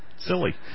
Silly